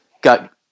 Got